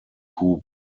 who